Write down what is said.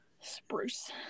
Spruce